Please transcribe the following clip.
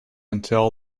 until